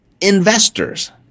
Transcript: investors